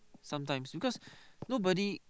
sometime because nobody